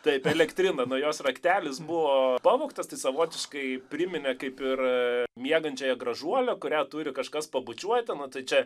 taip elektrėnų nuo jos raktelis buvo pavogtas tai savotiškai priminė kaip ir miegančiąją gražuolę kurią turi kažkas pabučiuodama tai čia